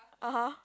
(aha)